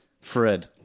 Fred